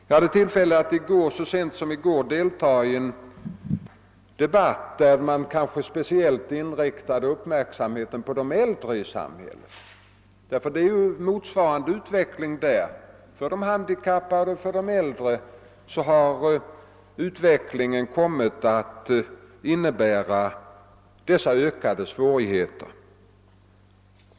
Jag hade så sent som i går tillfälle att delta i en debatt där uppmärksamheten var speciellt inriktad på de äldre i samhället. För dem är det nämligen en motsvarande utveckling. För både de handikappade och de äldre har utvecklingen kommit att innebära ökade svårigheter.